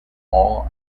all